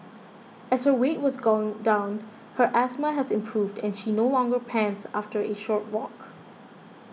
as her weight has gone down her asthma has improved and she no longer pants after a short walk